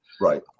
Right